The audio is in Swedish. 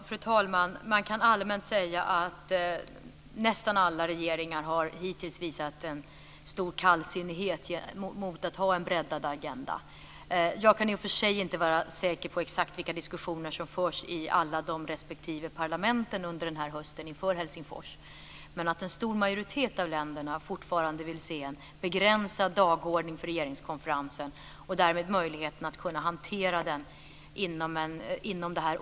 Fru talman! Man kan allmänt säga att nästan alla regeringar hittills har visat en stor kallsinnighet mot en breddad agenda. Jag kan i och för sig inte vara säker på exakt vilka diskussioner som förs i alla de respektive parlamenten under hösten inför Helsingforsmötet. Men en stor majoritet av länderna vill fortfarande se en begränsad dagordning för regeringskonferensen och därmed möjligheten att kunna hantera den inom detta år.